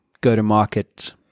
go-to-market